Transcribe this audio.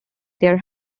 their